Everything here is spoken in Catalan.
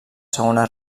segona